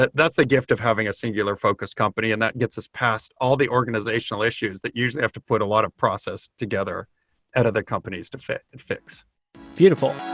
that's the gift of having a singular focus company and that gets us past all the organizational issues that usually have to put a lot of process together at other companies to fix and fix beautiful.